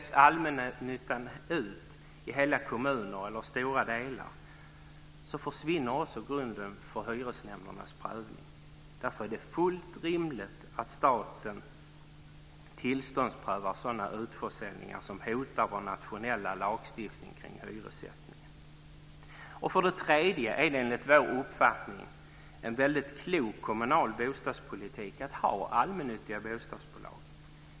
Om allmännyttan säljs ut i hela kommuner eller stora delar försvinner också grunden för hyresnämndernas prövning. Därför är det fullt rimligt att staten tillståndsprövar sådana utförsäljningar som hotar vår nationella lagstiftning kring hyressättningen. För det tredje är det enligt vår uppfattning en väldigt klok kommunal bostadspolitik att ha allmännyttiga bostadsbolag.